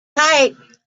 tight